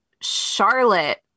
Charlotte